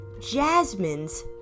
Jasmine's